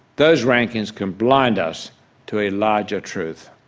those rankings can blind us to a larger truth